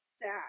sad